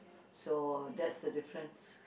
so that's the difference